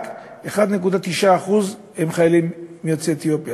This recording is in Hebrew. רק 1.9% הם חיילים יוצאי אתיופיה,